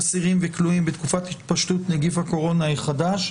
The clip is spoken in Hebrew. אסירים וכלואים בתקופת התפשטות נגיף הקורונה החדש.